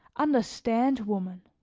understand woman.